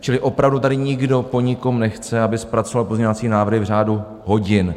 Čili opravdu tady nikdo po nikom nechce, aby zpracoval pozměňovací návrhy v řádu hodin.